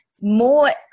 more